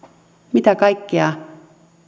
mitä kaikkea